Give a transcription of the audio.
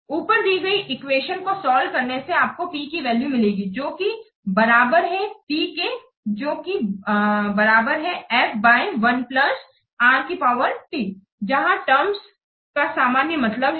ऊपर दी गई इक्वेशन को सॉल्व करने से आपको P की वैल्यू मिलेगी जो कि बराबर है P के जो कि बराबर है F बाय 1 प्लस r की पावर t जहां टर्म्स का सामान्य मतलब है